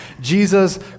Jesus